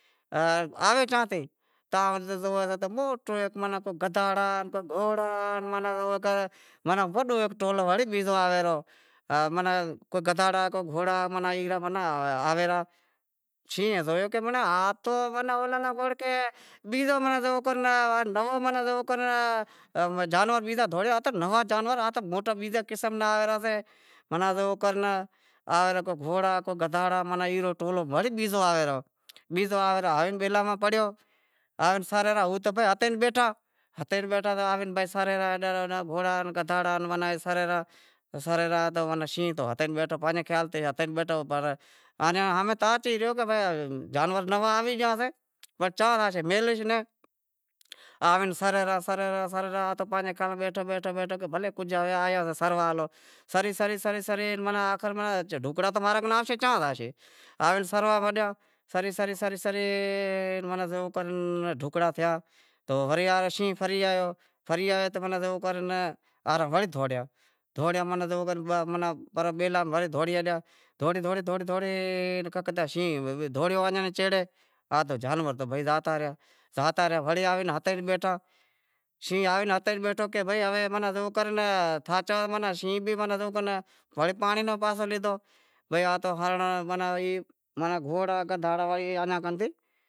آوے چاں تے؟ تاں زوئے کہ موٹو ہیک کو گدہاڑاں کو گھوڑاں آن ہیک وڈو ٹولو بیزو آوے پرہو ماناں کو گدہاڑاں کو گھوڑاں ماناں ای آویں ارہا شیہں مناں زو کر نووں منیں زو کر زانور بیزا دہوڑیا ہتا نوا جانور آتا موٹا بیزے قسم را ماناں گھوڑا گدہاڑاں رو ٹولو وڑے بیزو آوے پرہو، بیزو آوے بیلاں ماہ پڑیو آوے ناں سرے رہاں، ہو تاں زائے ئتے ئی بیٹھا ، ہتے ئی بیٹھا کہ آوے سرے رہاں ہیڈاں ہوڈاں گھوڑا گدہاڑا سریں رہا سریں رہا تو شینہں تو ہتے ئی بیٹھو پانجے خیال تے آن چاں کی رہیو کہ جانور نواں آوی گیاسے پر چاں زاشیں، میلہیس ناں، آوے سرے رہا، سریں رہا، سریں رہا تاں شینہں پانجے خیال ماہ بیٹھو تاں بھلیں سری رہیں، سری سری سری آخر ڈکھکڑا ماں رے آسیں چاں زاشیں؟ آوے سسروا مٹیا، سری سری سری جیوو کر ڈھکڑا تھیا تو ورے آوے شینہں فری آیو فری آیو تو زیوو کر تو آں ورے دہوڑیا، دہوڑیا تو زیوو کر وڑے بیلاں ماہ وڑی دہوڑی ہالیا دہوڑی دہوڑی دہوڑی کنک تھیا وڑے شینہں ایئاں رے سیڑے دہوڑے آ تو جانور تو بھائی زاتا رہیا وڑے آوے ہتے ئی بیٹھا شینہں بھی آوے ہتے ئی بیٹھو کہ جیوو کر تھاچا وڑے پانڑی رو پاسو ڈیدھو بھائی آتو ہرنڑ ماناں ای گھوڑا گدہاڑا وڑی اے انجا